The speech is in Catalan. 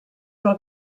del